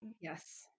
Yes